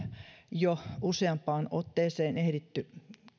jo useampaan otteeseen ehditty